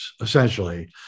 essentially